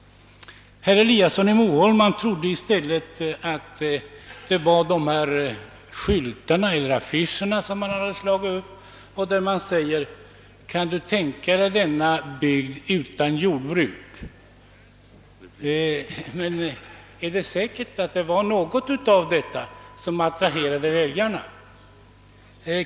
Herr Eliasson i Moholm trodde i stället att den berodde på de affischer som slagits upp, på vilka stod att läsa: Kan du tänka dig denna bygd utan jordbruk? Men är det då så alldeles säkert att det var något av dessa alternativ som attraherade väljarna.